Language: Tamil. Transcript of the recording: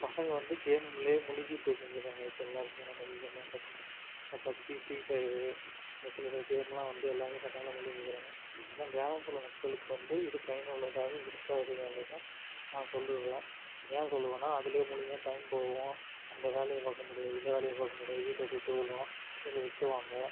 பசங்க வந்து கேமிலே முழுகி போயிட்கின்னு இருக்கிறாங்க இப்போ எல்லோருமே வந்து ரீசன்ட்டாக பார்த்தீங்கன்னா இந்த பப்ஜி ஃப்ரீ ஃபயரு இந்த சில சில கேமெலாம் வந்து எல்லாமே பசங்களாம் முழுகிக்கிறாங்க அதான் கிராமப்புற மக்களுக்கு வந்து இது பயனுள்ளதாக இருக்காது என்று தான் நான் சொல்லுவேன் ஏன் சொல்லுவேனா அதுலேயே பிள்ளைங்க டைம் போகவும் அந்த வேலையை பார்க்க முடியாது இந்த வேலையை பார்க்க முடியாது வீட்டில திட்டு விழும் வீட்டில திட்டுவாங்க